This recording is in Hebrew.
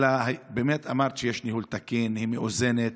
אלא באמת אמרת שיש ניהול תיקון, היא מאוזנת,